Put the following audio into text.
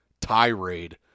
tirade